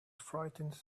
frightened